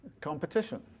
competition